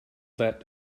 that